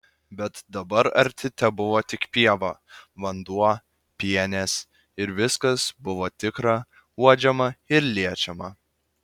bet dabar arti tebuvo tik pieva vanduo pienės ir viskas buvo tikra uodžiama ir liečiama